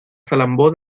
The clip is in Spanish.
salambó